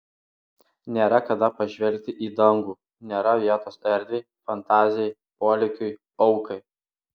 nėra kada pažvelgti į dangų nėra vietos erdvei fantazijai polėkiui aukai